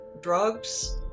drugs